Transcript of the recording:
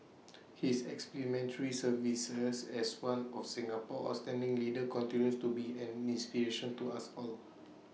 his exemplary services as one of Singapore's outstanding leaders continues to be an inspiration to us all